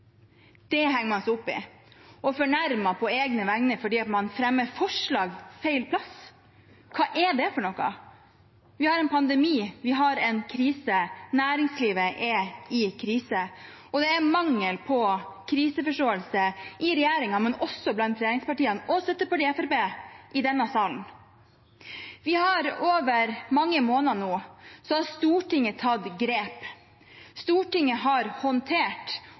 på egne vegne fordi man fremmer forslag på feil plass. Hva er det for noe? Vi har en pandemi, vi har en krise, næringslivet er i krise, og det er mangel på kriseforståelse i regjeringen og også blant regjeringspartiene og støttepartiet Fremskrittspartiet i denne salen. Over mange måneder nå har Stortinget tatt grep. Stortinget har håndtert